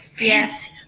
yes